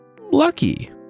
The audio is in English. lucky